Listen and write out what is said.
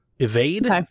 evade